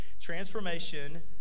Transformation